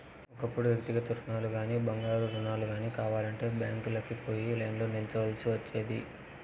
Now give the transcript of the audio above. ఒకప్పుడు వ్యక్తిగత రుణాలుగానీ, బంగారు రుణాలు గానీ కావాలంటే బ్యాంకీలకి పోయి లైన్లో నిల్చోవల్సి ఒచ్చేది